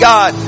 God